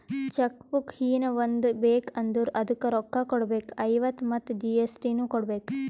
check book ಹೀನಾ ಒಂದ್ ಬೇಕ್ ಅಂದುರ್ ಅದುಕ್ಕ ರೋಕ್ಕ ಕೊಡ್ಬೇಕ್ ಐವತ್ತ ಮತ್ ಜಿ.ಎಸ್.ಟಿ ನು ಕೊಡ್ಬೇಕ್